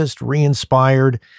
re-inspired